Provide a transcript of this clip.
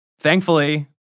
Thankfully